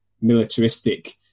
militaristic